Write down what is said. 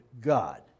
God